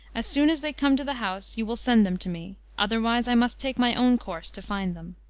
as soon as they come to the house, you will send them to me, otherwise i must take my own course to find them.